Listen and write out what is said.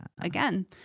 again